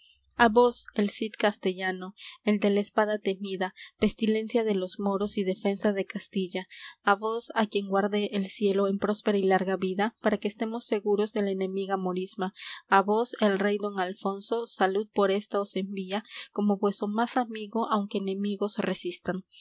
vos el cid castellano el de la espada temida pestilencia de los moros y defensa de castilla á vos á quien guarde el cielo en próspera y larga vida para que estemos seguros de la enemiga morisma á vos el rey don alfonso salud por esta os envía como vueso más amigo aunque enemigos resistan el